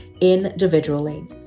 individually